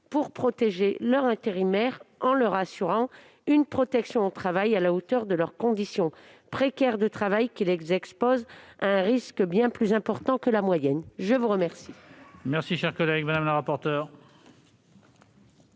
pour protéger leurs intérimaires, en leur assurant une protection au travail à la hauteur de leurs conditions précaires de travail, qui les exposent à un risque bien plus important que la moyenne. Quel